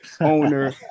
owner